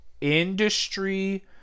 Industry